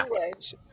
language